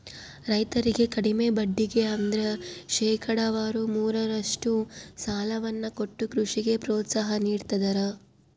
ರೈತರಿಗೆ ಕಡಿಮೆ ಬಡ್ಡಿಗೆ ಅಂದ್ರ ಶೇಕಡಾವಾರು ಮೂರರಷ್ಟು ಸಾಲವನ್ನ ಕೊಟ್ಟು ಕೃಷಿಗೆ ಪ್ರೋತ್ಸಾಹ ನೀಡ್ತದರ